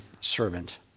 servant